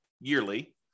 yearly